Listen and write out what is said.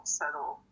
settle